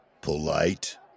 Polite